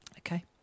Okay